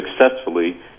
successfully